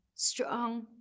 strong